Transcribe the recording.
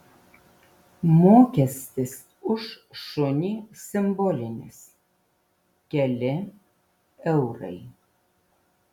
mokestis už šunį simbolinis keli eurai